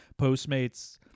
Postmates